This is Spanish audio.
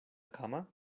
cama